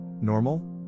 Normal